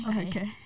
Okay